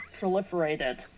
proliferated